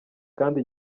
kandi